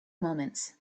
moments